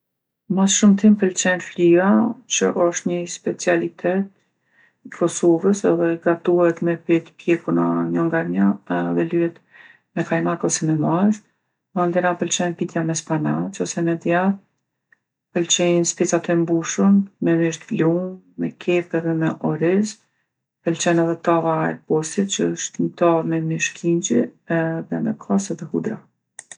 Mas shumti m'pelqen flija që osht ni specialitet i Kosovës edhe gatuhet me petë t'pjekuna njo nga njo edhe lyhet me kajmak ose me mazë. Mandena m'pëlqen pitja me spanaq ose me djath, m'pëlqejnë specat e mbushun me mish t'blum, me kepë edhe me oriz. M'pëlqen edhe tava e kosit që është ni tavë me mish kingji edhe me kos edhe hudra.